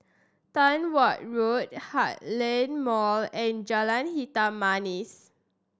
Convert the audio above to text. Tong Watt Road Heartland Mall and Jalan Hitam Manis